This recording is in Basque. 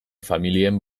familien